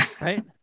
Right